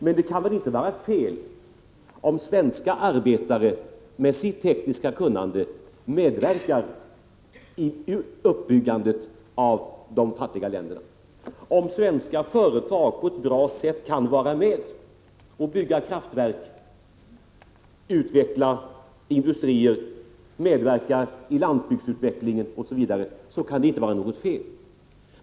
Men det kan väl inte vara fel om svenska arbetare med sitt tekniska kunnande medverkar i uppbyggandet av de fattiga länderna. Om svenska företag på ett bra sätt kan vara med och bygga kraftverk, utveckla industrier, medverka i landsbygdsutvecklingen, osv, kan det inte vara något fel att de också gör det.